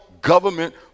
government